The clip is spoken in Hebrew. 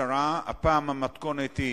הפעם המתכונת היא